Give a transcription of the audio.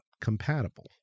compatible